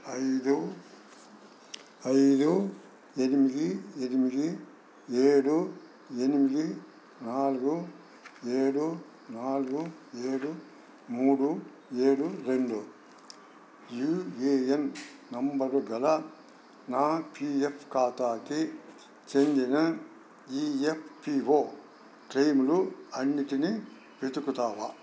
ఐదు ఐదు ఎనిమిది ఎనిమిది ఏడు ఎనిమిది నాలుగు ఏడు నాలుగు ఏడు మూడు ఏడు రెండు యూఏఎన్ నెంబరు గల నా పీఎఫ్ ఖాతాకి చెందిన ఈఎఫ్పీఓ క్లెములు అన్నింటిని వెతుకుతావా